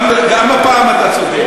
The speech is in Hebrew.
גם הפעם אתה צודק.